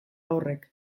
horrek